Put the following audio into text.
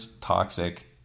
toxic